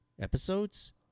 episodes